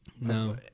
No